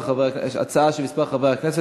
הצעות לסדר-היום מס' 2834,